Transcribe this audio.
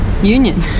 Union